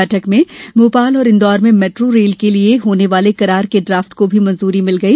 बैठक में भोपाल और इंदौर में मेट्रो रेल के लिए होने वाले करार के ड्राफ्ट को मंजूरी मिल गई